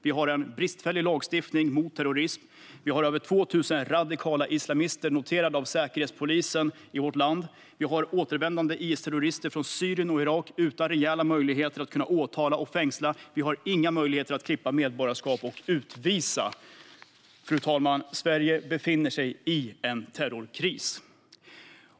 Vi har en bristfällig lagstiftning mot terrorism, vi har över 2 000 radikala islamister noterade av Säkerhetspolisen i vårt land och vi har återvändande IS-terrorister från Syrien och Irak som vi inte har några reella möjligheter att åtala och fängsla. Vi har inga möjligheter att klippa medborgarskap och utvisa. Fru talman! Sverige befinner sig i en terrorkris.